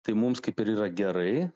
tai mums kaip ir yra gerai